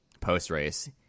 post-race